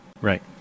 right